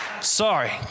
Sorry